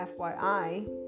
fyi